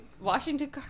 Washington